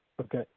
Okay